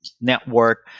network